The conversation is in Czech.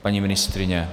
Paní ministryně?